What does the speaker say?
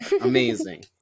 Amazing